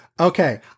Okay